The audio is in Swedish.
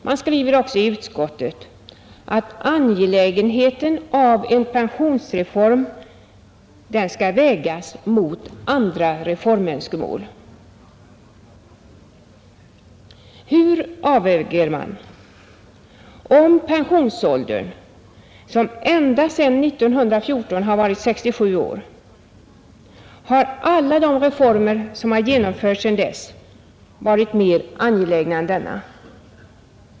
Man skriver också i betänkandet: ”Angelägenheten av en pensionsreform skall vägas mot andra reformönskemål.” Hur avväger man när det gäller pensionsåldern, som ända sedan 1914 har varit 67 år? Har alla de andra reformer som genomförts sedan dess varit mer angelägna än denna?